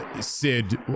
Sid